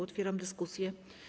Otwieram dyskusję.